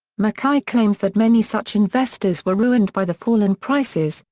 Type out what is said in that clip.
mackay claims that many such investors were ruined by the fall in prices,